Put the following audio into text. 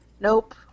Nope